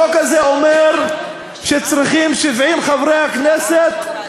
החוק הזה אומר שצריכים 70 חברי כנסת